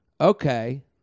Okay